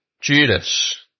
Judas